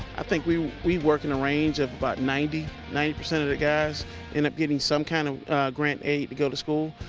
i think we we work in a range of but ninety ninety percent of the guys end up getting some kind of grant aid to go to school,